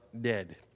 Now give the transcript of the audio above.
dead